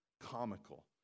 comical